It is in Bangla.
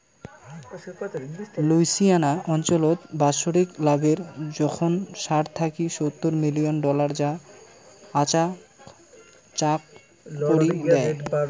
লুইসিয়ানা অঞ্চলত বাৎসরিক লাভের জোখন ষাট থাকি সত্তুর মিলিয়ন ডলার যা আচাকচাক করি দ্যায়